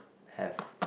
have